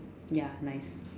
ya nice